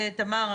תמר.